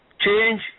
change